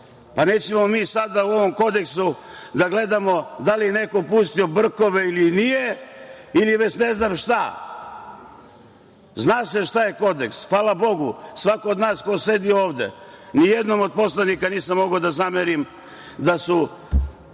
pa nećemo mi sada u ovom kodeksu da gledamo da li je neko pustio brkove ili nije ili već ne znam šta. Zna se šta je kodeks, hvala Bogu, svako od nas ko sedi ovde ni jednom od poslanika nisam mogao da zamerim da nisu